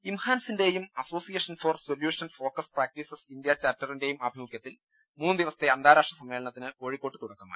ഇംഹാൻസിന്റെയും association for solution focus practices India ചാപ്റ്ററിന്റേയും ആഭിമുഖ്യത്തിൽ മൂന്ന് ദിവസത്തെ അന്താരാഷ്ട്ര സമ്മേളനത്തിന് കോഴിക്കോട്ട് തുടക്കമായി